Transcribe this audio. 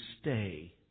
stay